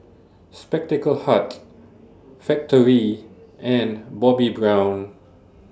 Spectacle Hut Factorie and Bobbi Brown